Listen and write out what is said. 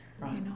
right